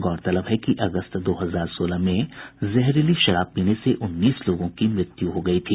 गौरतलब है कि अगस्त दो हजार सोलह में जहरीली शराब पीने से उन्नीस लोगों की मृत्यु हो गयी थी